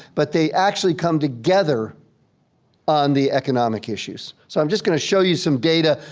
but they actually come together on the economic issues. so i'm just gonna show you some data.